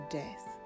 death